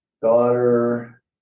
Daughter